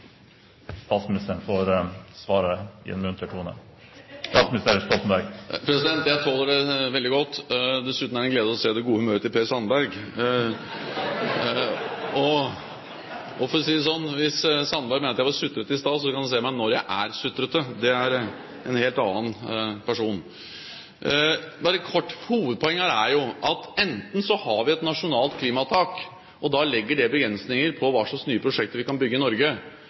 statsministeren får svare i en munter tone. Jeg tåler det veldig godt. Dessuten er det en glede å se det gode humøret til Per Sandberg. For å si det slik: Hvis Sandberg mente jeg var sutrete i stad, kan han se meg når jeg er sutrete. Det er en helt annen person. Bare kort: Hovedpoenget her er at vi har et nasjonalt klimatak. Da legger det begrensninger på hva slags nye prosjekter vi kan bygge i Norge